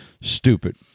stupid